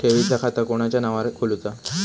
ठेवीचा खाता कोणाच्या नावार खोलूचा?